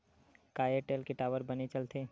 का एयरटेल के टावर बने चलथे?